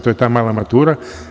To je ta mala matura.